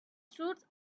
truth